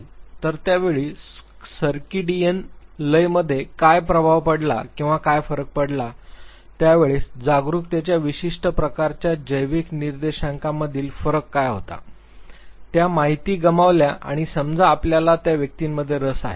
तर त्या वेळी सर्किडियन लयमध्ये काय प्रभाव पडला किंवा काय फरक पडला त्यावेळेस जागरूकतेच्या विशिष्ट प्रकारच्या जैविक निर्देशकांमधील फरक काय होता त्या माहिती गमावल्या आणि समजा आपल्याला त्या व्यक्तीमध्ये रस आहे